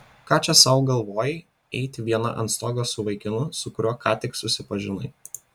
ką čia sau galvoji eiti viena ant stogo su vaikinu su kuriuo ką tik susipažinai